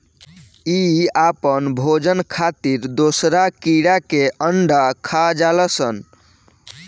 इ आपन भोजन खातिर दोसरा कीड़ा के अंडा खा जालऽ सन